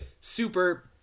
super